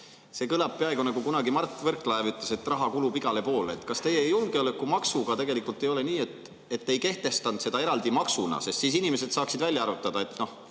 See kõlab peaaegu nagu see, mida Mart Võrklaev kunagi ütles, et raha kulub igale poole. Kas teie julgeolekumaksuga tegelikult ei ole nii, et te ei kehtestanud seda eraldi maksuna sellepärast, et siis inimesed saaksid välja arvutada, et